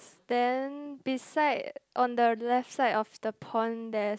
then beside on the left side of the pond there's